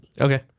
Okay